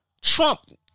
Trump